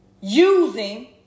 using